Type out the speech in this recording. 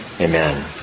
Amen